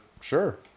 sure